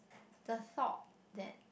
the thought that